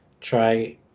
try